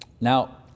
Now